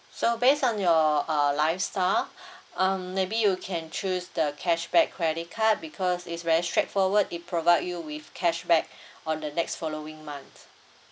so based on your err lifestyle um maybe you can choose the cashback credit card because it's very straightforward it provide you with cashback on the next following month